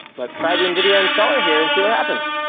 let's try the nvidia installer here and see what happens.